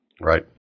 Right